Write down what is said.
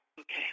Okay